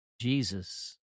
Jesus